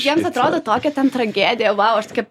jiems atrodo tokia ten tragedija vau aš tokia